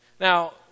Now